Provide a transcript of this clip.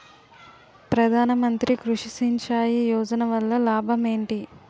ప్రధాన మంత్రి కృషి సించాయి యోజన వల్ల లాభం ఏంటి?